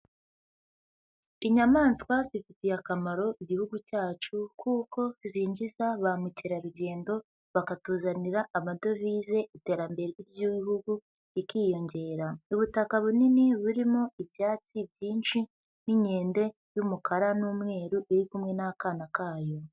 Inyamaswa zifitiye akamaro igihugu cyacu, kuko zinjiza ba mukerarugendo bakatuzanira amadovize iterambere ry'igihugu rikiyongera, ubutaka bunini burimo ibyatsi byinshi n'inkende y'umukara n'umweru iri kumwe n'akana kayo.